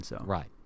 Right